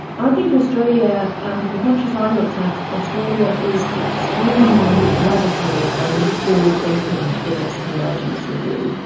i think australia, um from the countries i looked at, australia is extremely radical and forward thinking in its convergence review.